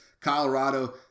Colorado